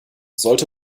sollte